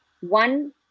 one